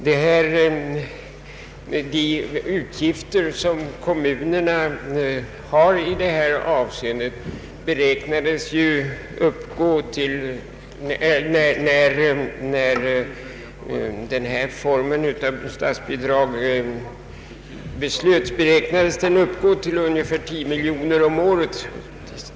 De utgifter som kommunerna här skulle stå för beräknades, när denna form av bidrag beslöts, uppgå till ungefär 10 miljoner kronor per år.